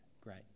Great